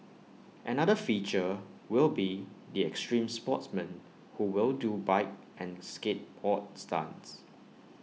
another feature will be the extreme sportsmen who will do bike and skateboard stunts